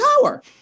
power